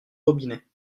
robinet